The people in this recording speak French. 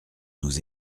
nous